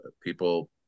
people